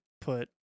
put